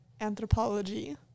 anthropology